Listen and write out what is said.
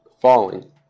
falling